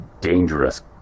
dangerous